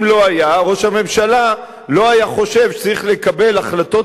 אם ראש הממשלה לא היה חושב שצריך לקבל החלטות